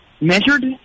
measured